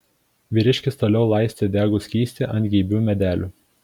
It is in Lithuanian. vyriškis toliau laistė degų skystį ant geibių medelių